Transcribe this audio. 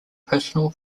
personal